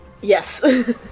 Yes